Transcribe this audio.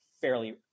fairly